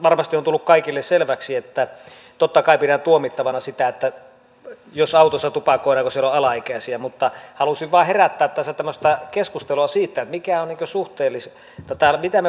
varmasti on tullut kaikille selväksi että totta kai pidän tuomittavana sitä jos autossa tupakoidaan kun siellä on alaikäisiä mutta halusin vain herättää tämmöistä keskustelua siitä mitä me voimme lainsäädännöllä tehdä